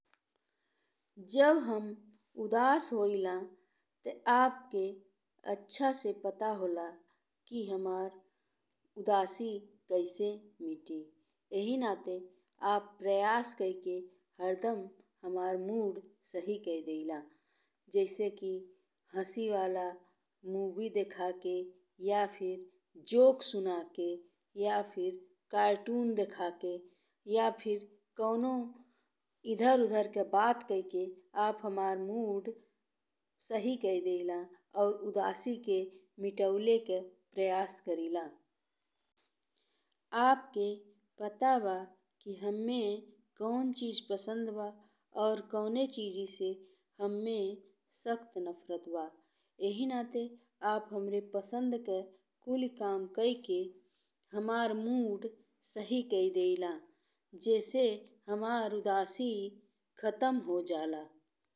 जब हम उदास होईला ते अपके अच्छा से पता होला कि हमार उदासी कैसे मिटि। एहि नाते आप प्रयास कइ के हरदम हमार मूड सही कइ देला। जइसन कि हंसी वाला मूवी देखाके या फिर जोक सुनाके या फिर कार्टून देखले या फिर कवनो इधर उधर के बात कइ के आप हमार मूड सही कइ देला और उदासी के मिटावे के प्रयास करिला। आपके पता बा कि हम्मे कौन चीज पसंद बा और कौन चीजों से हम्मे सख्त नफरत बा। एहि नाते आप हमरे पसंद के कूली काम कइ के हमार मूड सही कइ देला जइसे हमार उदासी खत्म हो जाला।